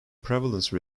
prevalence